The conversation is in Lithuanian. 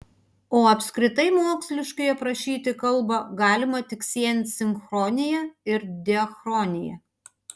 o apskritai moksliškai aprašyti kalbą galima tik siejant sinchronija ir diachroniją